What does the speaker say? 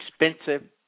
expensive